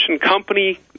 company